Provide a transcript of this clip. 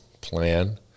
plan